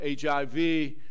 HIV